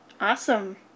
Awesome